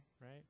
right